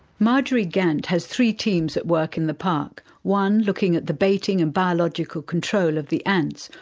marjorie gant has three teams at work in the park one looking at the baiting and biological control of the ants,